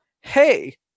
hey